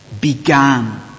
BEGAN